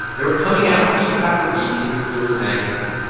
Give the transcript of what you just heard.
they were coming out week after week in mcclure's magazine.